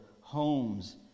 homes